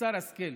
מוסר השכל.